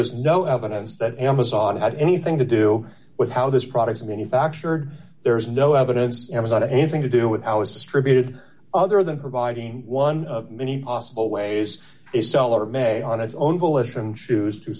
is no evidence that amazon had anything to do with how those products are going to factor there is no evidence amazon anything to do with how it's distributed other than providing one of many possible ways a seller may on its own volition choose to